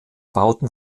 bauten